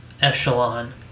echelon